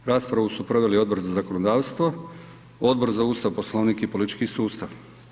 Raspravu su proveli Odbor za zakonodavstvo, Odbor za Ustav, Poslovnik i politički sustav.